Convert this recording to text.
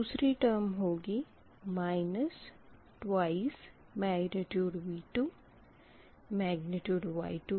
दूसरी टर्म होगी minus 2V2 फिर Y22 right